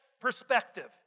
perspective